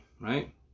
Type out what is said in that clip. right